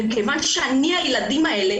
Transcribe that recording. וכיון שאני הילדים האלה,